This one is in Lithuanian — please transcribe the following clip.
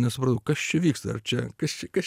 nesvarbu kas čia vyksta ar čia kas čia kas